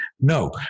No